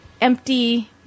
empty